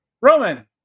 Roman